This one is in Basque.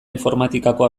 informatikako